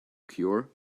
cure